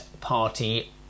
party